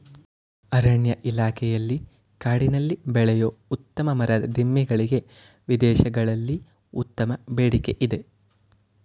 ಅರಣ್ಯ ಇಲಾಖೆಯಲ್ಲಿ ಕಾಡಿನಲ್ಲಿ ಬೆಳೆಯೂ ಉತ್ತಮ ಮರದ ದಿಮ್ಮಿ ಗಳಿಗೆ ವಿದೇಶಗಳಲ್ಲಿ ಉತ್ತಮ ಬೇಡಿಕೆ ಇದೆ